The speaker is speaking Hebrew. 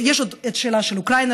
יש עוד את השאלה של אוקראינה,